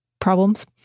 problems